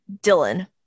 Dylan